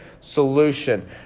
solution